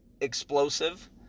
explosive